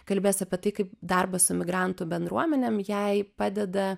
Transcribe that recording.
kalbės apie tai kaip darbas su emigrantų bendruomenėm jai padeda